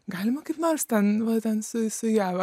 galima kaip nors ten vandens su ja va